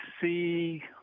see